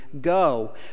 go